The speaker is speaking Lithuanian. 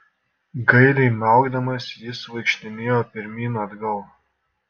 gailiai miaukdamas jis vaikštinėjo pirmyn atgal